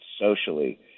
socially